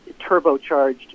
turbocharged